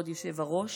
כבוד היושב-ראש,